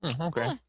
Okay